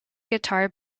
guitar